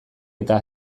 eta